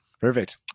Perfect